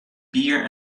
beer